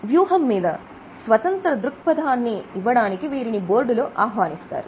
వ్యూహం మీద స్వతంత్ర దృక్పథాన్ని ఇవ్వడానికి వీరిని బోర్డులో ఆహ్వానిస్తారు